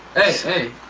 hey, hey.